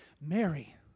Mary